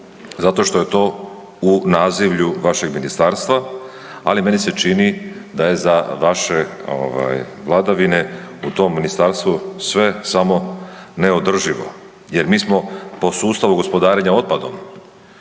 zato što je to u nazivlju vašeg ministarstva, ali meni se čini da je za vaše ovaj vladavine u tom ministarstvu sve samo ne održivo jer mi smo po sustavu gospodarenja otpadom